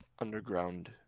underground